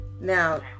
Now